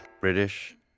British